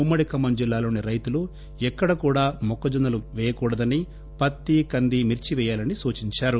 ఉమ్మడి ఖమ్మం జిల్లాలోని రైతులు ఎక్కడ కూడా మొక్కజొన్నలు పేయకూడదని పత్తి కంది మిర్చి పేయాలని సూచిందారు